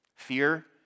Fear